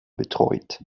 betreut